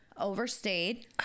Overstayed